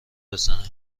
بزنه